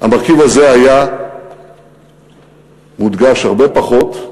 המרכיב הזה היה מודגש הרבה פחות,